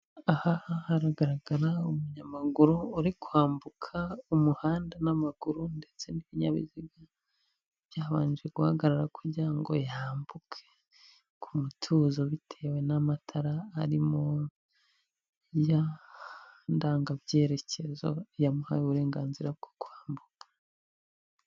Aha haragaragara umunyamaguru uri kwambuka umuhanda n'amaguru ndetse n'ibinyabiziga byabanje guhagarara kugira ngo yambuke ku mutuzo, bitewe n'amatara arimo ya ndangabyerekezo yamuhaye uburenganzira bwo kwambuka.